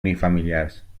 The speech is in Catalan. unifamiliars